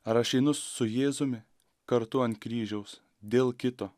ar aš einu su jėzumi kartu ant kryžiaus dėl kito